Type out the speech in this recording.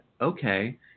Okay